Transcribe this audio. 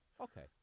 Okay